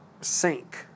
sink